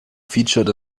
featured